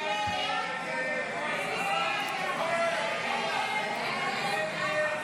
הסתייגות